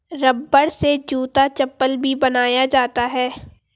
रबड़ से जूता चप्पल भी बनाया जाता है